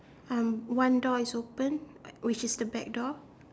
um one door is open which is the back door